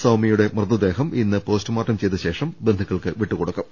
സൌമ്യയുടെ മൃതദേഹം ഇന്ന് പോസ്റ്റുമോർട്ടം ചെയ്ത ശേഷം ബന്ധുക്കൾക്ക് വിട്ടുകൊടുക്കും